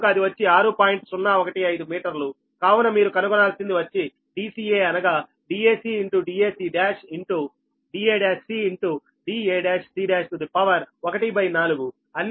కావున మీరు కనుగొనాల్సిoది వచ్చి Dca అనగా dac dac1 da1c da1c1 to the power 1 by 4